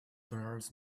dollars